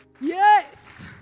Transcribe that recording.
Yes